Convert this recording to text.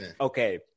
okay